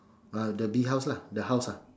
ah the bee house lah the house lah